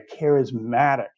charismatic